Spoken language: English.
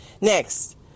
next